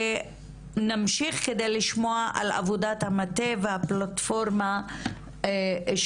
ונמשיך כדי לשמוע על עבודת המטה והפלטפורמה שאתם